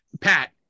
Pat